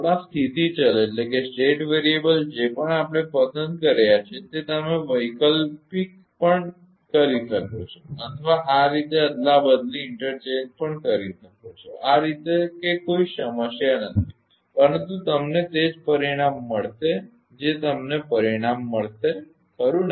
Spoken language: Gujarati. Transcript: આપણા સ્થિતી ચલ જે પણ આપણે પસંદ કર્યા છે તે તમે વૈકલ્પિક પણ કરી શકો છો અથવા આ રીતે અદલા બદલી પણ કરી શકો છો આ રીતે કે કોઈ સમસ્યા નથી પરંતુ તમને તે જ પરિણામ મળશે જે તમને પરિણામ મળશે ખરુ ને